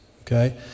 okay